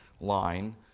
line